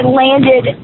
landed